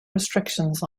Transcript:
restrictions